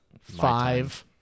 five